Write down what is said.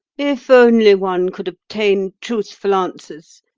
if only one could obtain truthful answers,